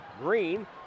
Green